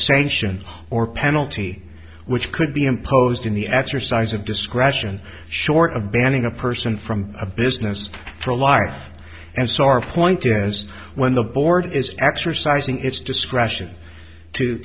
sanction or penalty which could be imposed in the exercise of discretion short of banning a person from a business for life and so our point is when the board is exercising its discretion